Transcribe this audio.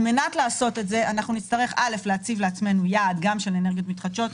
על מנת לעשות את זה נצטרך להציב לעצמנו יעד גם של אנרגיות מתחדשות,